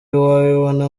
wabibona